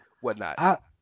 whatnot